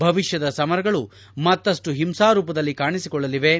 ಭವಿಷ್ಣದ ಸಮರಗಳು ಮತ್ತಷ್ಟು ಹಿಂಸಾ ರೂಪದಲ್ಲಿ ಕಾಣಿಸಿಕೊಳ್ಳಲಿವೆ